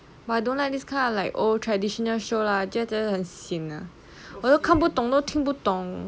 but I don't like this kind of like old traditional show 啦觉得很 sian ah 我都看不懂都听不懂